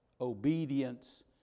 obedience